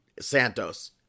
Santos